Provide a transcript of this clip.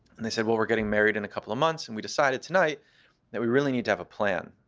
and they said, well, we're getting married in a couple of months, and we decided tonight that we really need to have a plan.